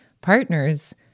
partners